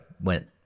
went